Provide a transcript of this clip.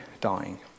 dying